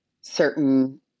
certain